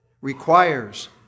requires